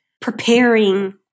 preparing